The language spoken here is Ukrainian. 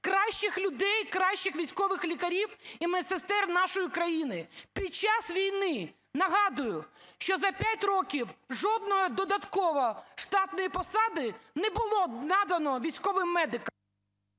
кращих людей, кращих військових лікарів і медсестер нашої країни. Під час війни, нагадую, що за 5 років жодної додатково штатної посади не було надано військовим медикам…